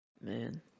man